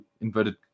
inverted